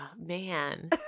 man